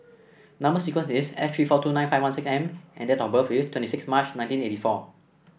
number sequence is S three four two nine five one six M and date of birth is twenty six March nineteen eighty four